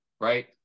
right